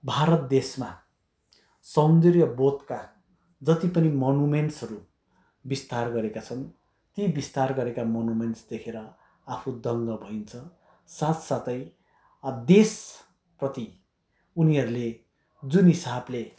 भारत देशमा सौन्दर्यबोधका जति पनि मोनुमेन्ट्सहरू विस्तार गरेका छन् ती विस्तार गरेका मोनुमेन्ट्स देखेर आफू दङ्ग भइन्छ साथसाथै अब देशप्रति उनीहरूले जुन हिसाबले